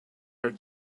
her